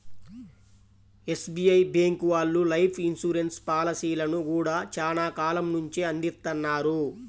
SBI bank వాళ్ళు life insurance పాలసీలను గూడా చానా కాలం నుంచే అందిత్తన్నారు